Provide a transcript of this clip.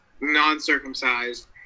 non-circumcised